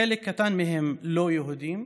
חלק קטן מהם לא יהודים,